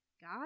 God